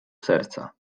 serca